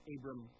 Abram